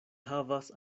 havas